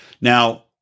Now